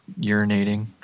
urinating